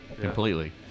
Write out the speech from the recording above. Completely